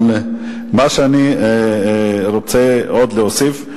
אבל מה שאני רוצה עוד להוסיף,